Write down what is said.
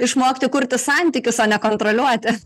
išmokti kurti santykius o ne kontroliuoti